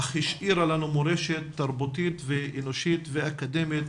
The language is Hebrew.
אך השאירה לנו מורשת תרבותית ואנושית ואקדמית